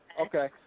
Okay